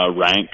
rank